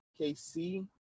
KC